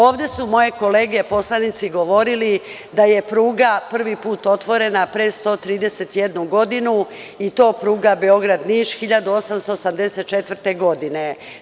Ovde su moje kolege poslanici govorili da je pruga prvi put otvorena pre 131 godinu, i to pruga Beograd – Niš 1884. godine.